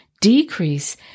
decrease